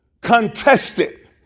Contested